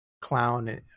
clown